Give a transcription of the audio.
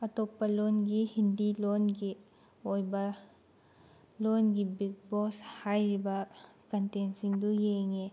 ꯑꯇꯣꯞꯄ ꯂꯣꯟꯒꯤ ꯍꯤꯟꯗꯤ ꯂꯣꯟꯒꯤ ꯑꯣꯏꯕ ꯂꯣꯟꯒꯤ ꯕꯤꯛ ꯕꯣꯁ ꯍꯥꯏꯔꯤꯕ ꯀꯟꯇꯦꯟꯁꯤꯡꯗꯨ ꯌꯦꯡꯉꯤ